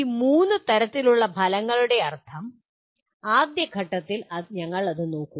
ഈ മൂന്ന് തരത്തിലുള്ള ഫലങ്ങളുടെ പ്രത്യേക അർത്ഥം ആദ്യഘട്ടത്തിൽ ഞങ്ങൾ അത് നോക്കും